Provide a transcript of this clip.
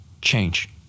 change